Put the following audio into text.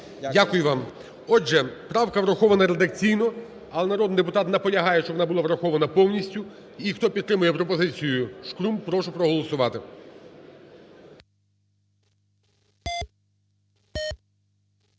Дякую вам. Отже, правка врахована редакційно, але народний депутат наполягає, щоб вона була врахована повністю. І, хто підтримує пропозицію Шкрум, прошу проголосувати.